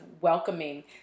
welcoming